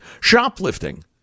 shoplifting